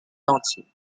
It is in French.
entier